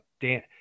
Dan